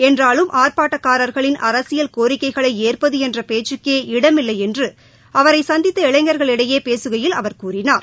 என்றாலும் ஆர்ப்பாட்டக்காரர்களின் அரசியல் கோரிக்கைகளை ஏற்பது என்ற பேச்சுக்கே இடமில்லை என்று அவரை சந்தித்த இளைஞர்களிடையே பேசுகையில் அவர் கூறினார்